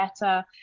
better